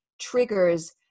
triggers